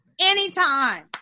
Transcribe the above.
Anytime